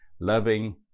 loving